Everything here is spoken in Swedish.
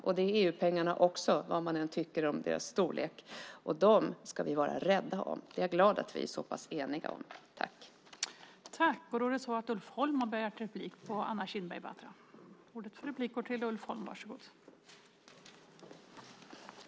Det är också EU-pengarna - vad man än tycker om storleken. De pengarna ska vi vara rädda om. Jag är glad över att vi är så pass eniga om det.